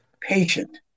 patient